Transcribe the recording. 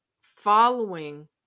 following